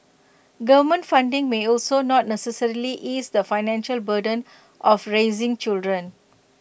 government funding may also not necessarily ease the financial burden of raising children